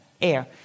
Air